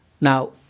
Now